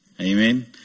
Amen